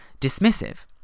dismissive